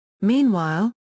Meanwhile